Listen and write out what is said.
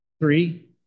Three